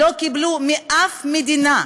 לא קיבלו מאף מדינה,